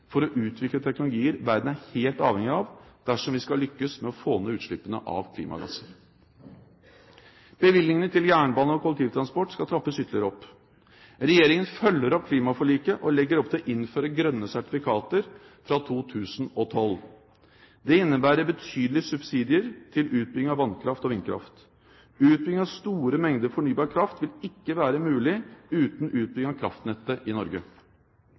for å utvikle teknologier verden er helt avhengig av dersom vi skal lykkes med å få ned utslippene av klimagasser. Bevilgningene til jernbane og kollektivtransport skal trappes ytterligere opp. Regjeringen følger opp klimaforliket og legger opp til å innføre grønne sertifikater fra 2012. Det innebærer betydelige subsidier til utbygging av vannkraft og vindkraft. Utbygging av store mengder fornybar kraft vil ikke være mulig uten utbygging av kraftnettet i Norge.